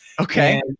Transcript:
Okay